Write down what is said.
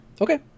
Okay